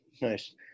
nice